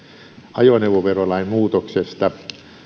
ajoneuvoverolain muutoksesta